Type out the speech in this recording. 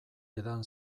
edan